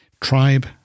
Tribe